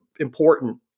important